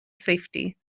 safety